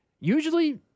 Usually